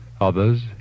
Others